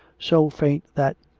so faint that,